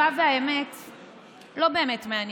תן לה,